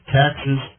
taxes